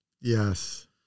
Yes